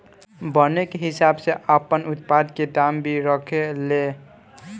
बने के हिसाब से आपन उत्पाद के दाम भी रखे ले